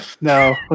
No